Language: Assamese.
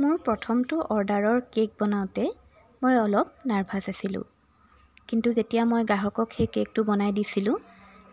মোৰ প্ৰথমটো অৰ্ডাৰৰ কে'ক বনাওঁতে মই অলপ নাৰ্ভাছ আছিলোঁ কিন্তু যেতিয়া মই গ্ৰাহকক সেই কে'কটো বনাই দিছিলোঁ